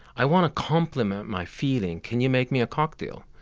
i want to complement my feeling. can you make me a cocktail?